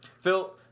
Phil